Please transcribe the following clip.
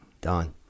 done